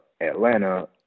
Atlanta